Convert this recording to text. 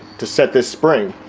to set this spring